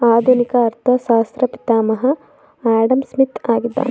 ಆಧುನಿಕ ಅರ್ಥಶಾಸ್ತ್ರ ಪಿತಾಮಹ ಆಡಂಸ್ಮಿತ್ ಆಗಿದ್ದಾನೆ